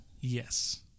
Yes